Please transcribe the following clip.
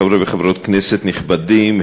חברי וחברות כנסת נכבדים,